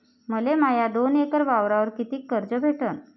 मले माया दोन एकर वावरावर कितीक कर्ज भेटन?